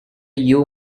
you